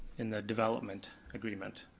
in the development agreement.